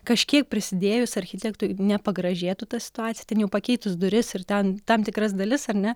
kažkiek prisidėjus architektui nepagražėtų ta situacija ten jau pakeitus duris ir ten tam tikras dalis ar ne